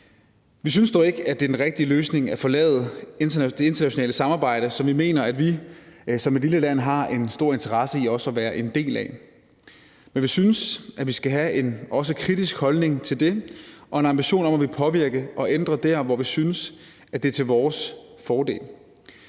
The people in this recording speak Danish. Vi synes dog ikke, at det er den rigtige løsning at forlade det internationale samarbejde, som vi mener vi som et lille land har en stor interesse i også at være en del af. Men vi synes, at vi skal have en også kritisk holdning til det og en ambition om at ville påvirke og ændre der, hvor vi synes at det er til vores fordel.